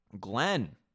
Glenn